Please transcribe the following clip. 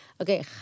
okay